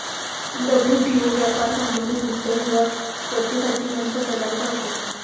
WTO व्यापार संबंधित मुद्द्यांवर चर्चेसाठी मंच प्रदान करते